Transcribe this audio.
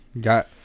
got